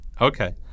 Okay